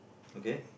okay